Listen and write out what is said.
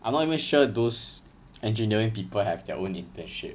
I'm not even sure those engineering people have their own internship